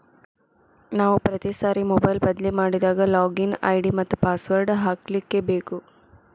ನಾವು ಪ್ರತಿ ಸಾರಿ ಮೊಬೈಲ್ ಬದ್ಲಿ ಮಾಡಿದಾಗ ಲಾಗಿನ್ ಐ.ಡಿ ಮತ್ತ ಪಾಸ್ವರ್ಡ್ ಹಾಕ್ಲಿಕ್ಕೇಬೇಕು